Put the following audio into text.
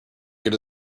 get